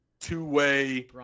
two-way